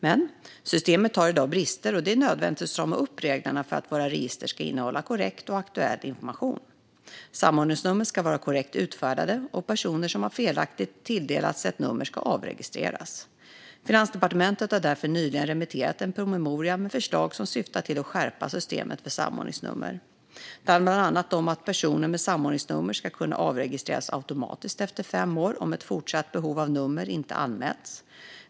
Men systemet har i dag brister, och det är nödvändigt att strama upp reglerna för att våra register ska innehålla korrekt och aktuell information. Samordningsnummer ska vara korrekt utfärdade, och personer som felaktigt har tilldelats ett nummer ska avregistreras. Finansdepartementet har därför nyligen remitterat en promemoria med förslag som syftar till att skärpa systemet för samordningsnummer. Det handlar bland annat om att personer med samordningsnummer ska kunna avregistreras automatiskt efter fem år om ett fortsatt behov av numret inte har anmälts.